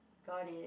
got it